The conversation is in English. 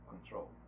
control